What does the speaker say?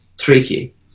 tricky